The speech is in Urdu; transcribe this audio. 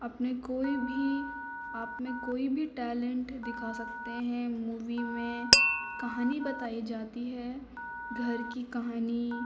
اپنے کوئی بھی آپ میں کوئی بھی ٹیلینٹ دکھا سکتے ہیں مووی میں کہانی بتائی جاتی ہے گھر کی کہانی